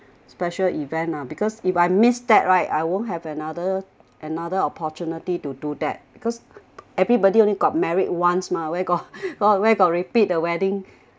special event lah because if I missed that right I won't have another another opportunity to do that because everybody only got married once mah where got where got repeat the wedding